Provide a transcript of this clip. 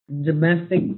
domestic